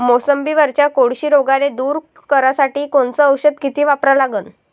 मोसंबीवरच्या कोळशी रोगाले दूर करासाठी कोनचं औषध किती वापरा लागन?